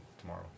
tomorrow